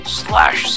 slash